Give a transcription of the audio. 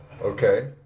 Okay